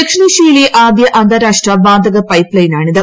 ദക്ഷിണേഷൃയിലെ ആദ്യ അന്താരാഷ്ട്ര വാതക പൈപ്പ്ലൈനാണിത്